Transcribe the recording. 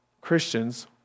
Christians